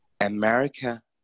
America